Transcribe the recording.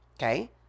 okay